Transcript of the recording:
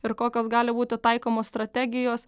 ir kokios gali būti taikomos strategijos